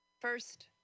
First